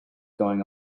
going